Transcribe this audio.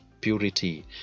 purity